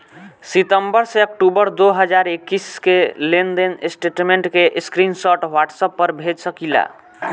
सितंबर से अक्टूबर दो हज़ार इक्कीस के लेनदेन स्टेटमेंट के स्क्रीनशाट व्हाट्सएप पर भेज सकीला?